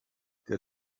der